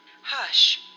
Hush